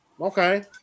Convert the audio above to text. okay